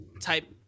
type